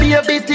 Baby